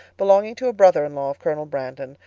belonging to a brother-in-law of colonel brandon,